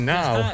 now